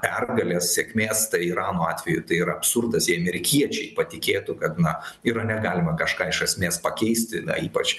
pergalės sėkmės tai irano atveju tai yra absurdas jei amerikiečiai patikėtų kad na irane galima kažką iš esmės pakeisti ypač